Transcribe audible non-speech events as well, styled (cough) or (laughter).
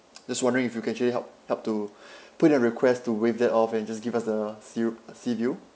(noise) just wondering if you can actually help help to put in the request to waive that off and just give us the sea~ seaview